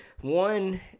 One